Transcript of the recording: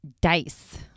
dice